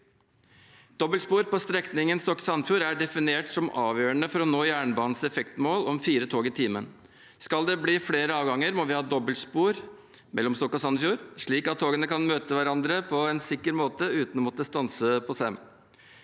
Dobbeltspor på strekningen Stokke–Sandefjord er definert som avgjørende for å nå jernbanens effektmål om fire tog i timen. Skal det bli flere avganger, må vi ha dobbeltspor mellom Stokke og Sandefjord, slik at togene kan møte hverandre på en sikker måte uten å måtte stanse på Sem.